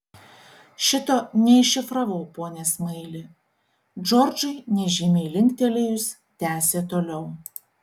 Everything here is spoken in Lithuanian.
šito neiššifravau pone smaili džordžui nežymiai linktelėjus tęsė toliau